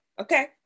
Okay